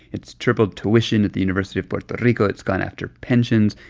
it's tripled tuition at the university of puerto rico. it's gone after pensions.